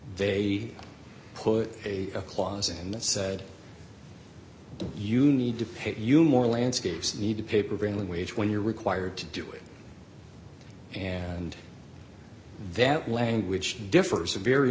they put a clause in that said you need to pay you more landscape's need to pay prevailing wage when you're required to do it and that language differs a very